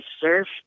surf